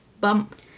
bump